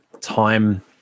time